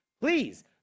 Please